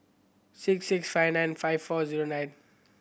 six six five nine five four zero nine